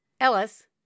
Ellis